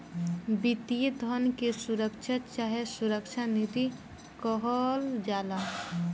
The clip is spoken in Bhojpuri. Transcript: वित्तीय धन के सुरक्षा चाहे सुरक्षा निधि कहल जाला